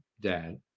Dad